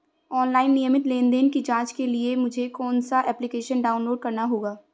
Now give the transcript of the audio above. Online नियमित लेनदेन की जांच के लिए मुझे कौनसा एप्लिकेशन डाउनलोड करना होगा?